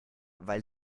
weil